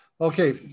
okay